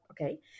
Okay